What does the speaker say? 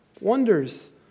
wonders